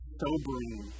sobering